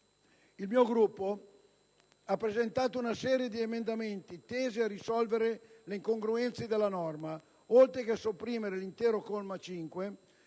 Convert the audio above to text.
Il mio Gruppo ha presentato una serie di emendamenti tesi a risolvere le incongruenze della norma, oltre che a sopprimere l'intero comma 5,